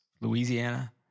Louisiana